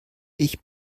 ich